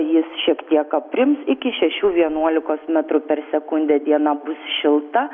jis šiek tiek aprims iki šešių vienuolikos metrų per sekundę diena bus šilta